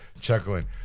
chuckling